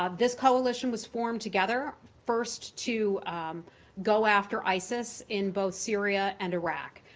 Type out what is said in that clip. um this coalition was formed together first to go after isis in both syria and iraq.